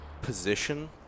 position